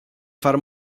far